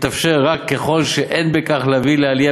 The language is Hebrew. תתאפשר רק ככל שאין בכך כדי להביא לעלייה